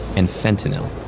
and fentanyl.